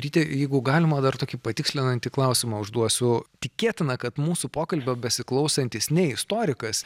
ryti jeigu galima dar tokį patikslinantį klausimą užduosiu tikėtina kad mūsų pokalbio besiklausantis ne istorikas